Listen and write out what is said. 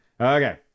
Okay